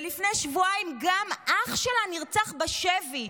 ולפני שבועיים גם אח שלה נרצח בשבי,